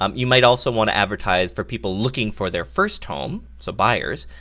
um you might also want to advertise for people looking for their first home, so buyers.